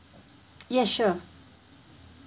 yes sure